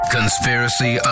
Conspiracy